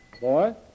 Boy